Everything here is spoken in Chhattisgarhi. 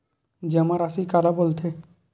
जमा राशि काला बोलथे?